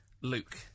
Luke